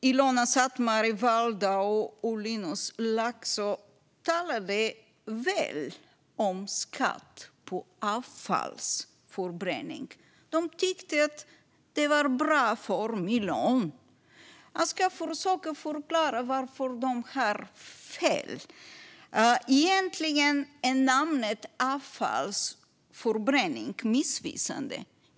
Ilona Szatmári Waldau och Linus Lakso talade i sina anföranden väl om skatt på avfallsförbränning. De tyckte att det var bra för miljön. Jag ska försöka förklara varför de har fel. Ordet avfallsförbränning är egentligen missvisande.